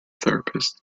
therapist